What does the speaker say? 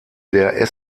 der